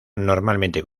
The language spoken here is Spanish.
normalmente